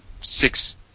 six